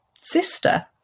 sister